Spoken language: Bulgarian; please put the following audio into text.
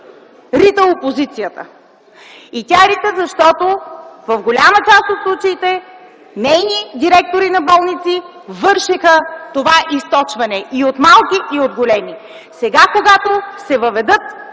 рита опозицията. И тя рита, защото в голяма част от случаите нейни директори на болници вършеха това източване – и от малки, и от големи. Сега, когато се въведат